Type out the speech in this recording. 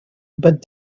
but